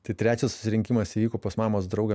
tai trečias susirinkimas įvyko pas mamos draugą